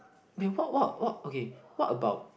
what what what okay what about